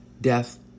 death